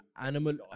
Animal